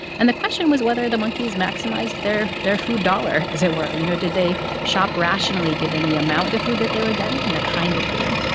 and the question was whether the monkeys maximized their their food dollar, as it were. you know, did they shop rationally, given the amount of food that they were getting and the kind of food?